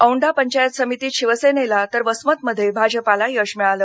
औंढा पंचायत समितीत शिवसेनेला तर वसमतमध्ये भाजपाला यश मिळालं